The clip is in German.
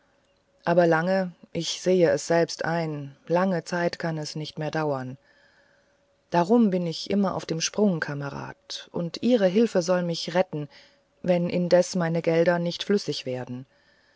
aber lange ich sehe es selbst ein lange zeit kann es nicht mehr dauern drum bin ich immer auf dem sprung kamerad und ihre hilfe soll mich retten wenn indes meine gelder nicht flüssig werden